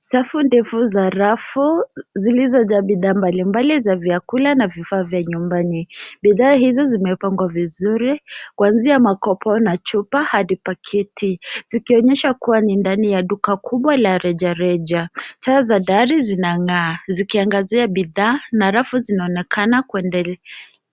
Safu ndefu za rafu zilizojaa bidhaa mbalimbali za vyakula na vifaa vya nyumbani. Bidhaa hizo zimepangwa vizuri, kuanzia makopo na chupa hadi pakiti. Zikionyesha kuwa ni duka kubwa la rejareja. Taa za dari zinang'aa, zikiangazia bidhaa na rafu zinazoonekana kuendelea